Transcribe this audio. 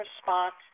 response